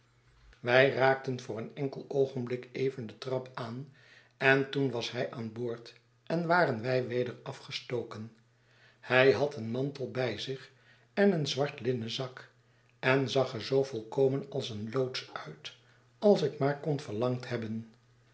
wij raakten voor een enkel oogenblik even de trap aan en toen was hij aan boord en waren wij weder afgestoken hij had een mantel bij zich en een zwart linnen zak en zag er zoo volkomen als een loods uit als ik maar kon verlangd hebben